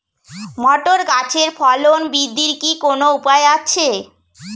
Motor গাছের ফলন বৃদ্ধির কি কোনো উপায় আছে?